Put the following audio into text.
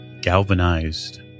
galvanized